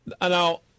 now